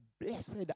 blessed